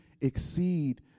exceed